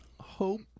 hope